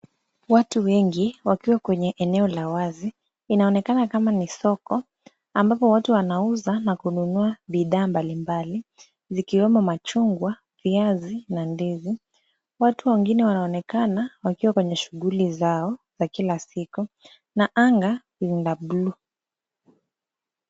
Watu wengi wakiwa kwenye eneo la wazi inaonekana kama ni soko ambapo watu wanauza na kununua bidhaa mbalimbali zikiwemo machungwa, viazi na ndizi. Watu wengine wanaonekana wakiwa kwenye shughuli zao za kila siku na anga ni la blue .